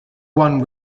one